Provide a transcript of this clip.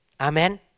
Amen